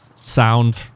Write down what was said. sound